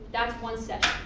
that's one session.